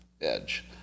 edge